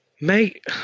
Mate